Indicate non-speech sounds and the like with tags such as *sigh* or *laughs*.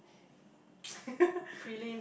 *laughs*